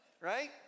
Right